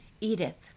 Edith